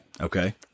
Okay